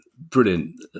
brilliant